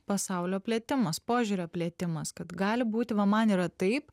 pasaulio plėtimas požiūrio plėtimas kad gali būti va man yra taip